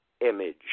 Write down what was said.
image